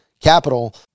capital